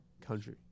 country